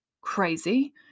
crazy